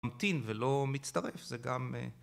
ממתין ולא מצטרף זה גם